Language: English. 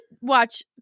watch